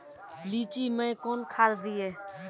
लीची मैं कौन खाद दिए?